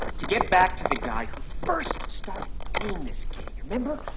to get back to the guy who first starting playing this game remember,